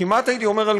כמעט הייתי אומר,